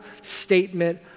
statement